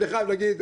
אני חייב להגיד,